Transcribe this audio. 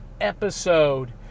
episode